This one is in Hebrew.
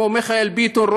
כמו מיכאל ביטון,